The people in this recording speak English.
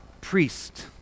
priest